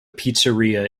pizzeria